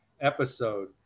episode